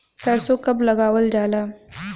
सरसो कब लगावल जाला?